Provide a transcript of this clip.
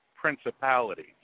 principalities